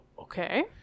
okay